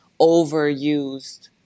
overused